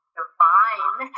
divine